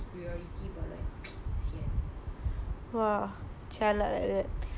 but then leh now also COVID your the outsiders still can come in meh